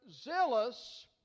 zealous